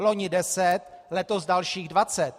Loni 10, letos dalších 20.